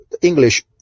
English